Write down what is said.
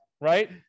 right